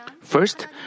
First